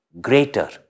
greater